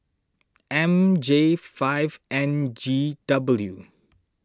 M J five N G W